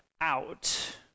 out